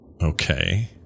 Okay